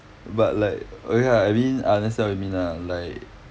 but like okay lah I mean I understand what you mean lah like